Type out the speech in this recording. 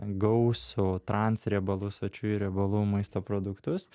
gausų transriebalų sočiųjų riebalų maisto produktus